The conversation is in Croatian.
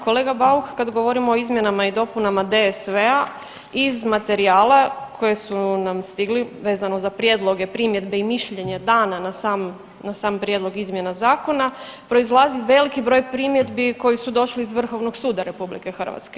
Kolega Bauk kad govorimo o izmjenama i dopunama DSV-a iz materijala koje su nam stigli vezano za prijedloge, primjedbe i mišljenja dana na sam, na sam prijedlog izmjena zakona proizlazi veliki broj primjedbi koji su došli iz Vrhovnog suda RH.